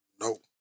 Nope